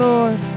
Lord